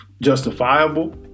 justifiable